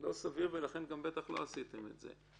לא סביר, ולכן גם לא עשיתם את זה.